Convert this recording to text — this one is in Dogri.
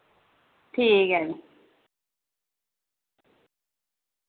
ठीक ऐ